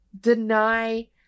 Deny